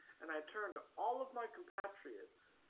and i turned all of my compatriots